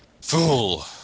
Fool